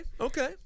Okay